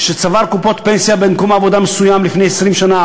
שהוא צבר קופות פנסיה במקום עבודה מסוים לפני 20 שנה,